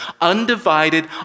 undivided